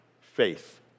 faith